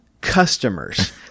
customers